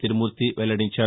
తిరుమూర్తి వెల్లడించారు